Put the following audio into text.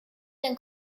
than